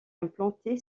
implanté